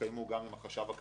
גם עם החשב הכללי,